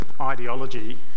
ideology